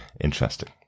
interesting